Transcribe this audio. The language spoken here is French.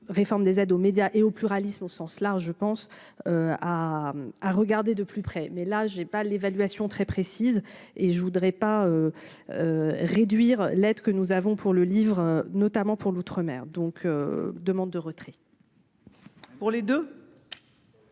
réforme des aides aux médias et au pluralisme au sens large, je pense à regarder de plus près, mais là j'ai pas l'évaluation très précise, et je voudrais pas réduire l'aide que nous avons pour le livre, notamment pour l'outre-mer donc demande de retrait. Pour les deux.